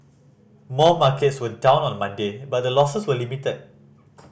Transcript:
most markets were down on Monday but the losses were limited